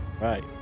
right